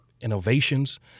innovations